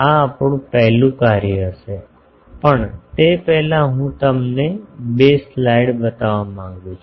આ આપણું પહેલું કાર્ય હશે પણ તે પહેલાં હું તમને બે સ્લાઇડ્સ બતાવવા માંગુ છું